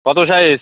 কতো সাইজ